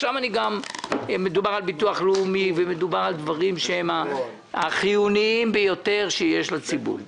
מדובר כאן על ביטוח לאומי ועל דברים שהם החיוניים ביותר שיש לציבור.